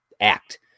act